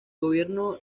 gobierno